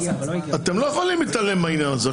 אתם לא יכולים להתעלם מהעניין הזה.